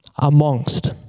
amongst